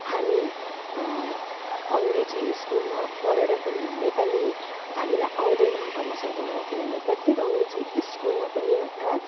हामी अङ्ग्रजी स्कुलमा पढेर पनि नेपाली हामीलाई आउँदैन भन्न सक्दैनौँ किनभने प्रत्येक अङ्ग्रेजी स्कुलमा पनि एउटा